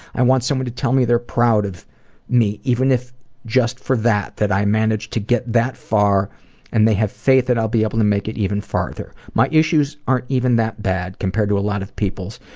i want someone to tell me they're proud of me, even if just for that. that i managed to get that far and they have faith that i'll be able to make it even farther. my issues aren't even that bad compared to a lot of people's.